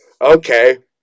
Okay